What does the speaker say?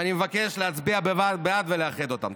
ואני מבקש להצביע בעד ולאחד אותן.